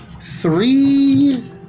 three